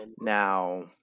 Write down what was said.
Now